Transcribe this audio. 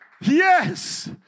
Yes